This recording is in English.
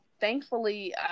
thankfully